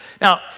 Now